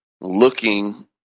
looking